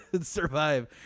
survive